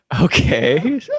okay